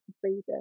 freedom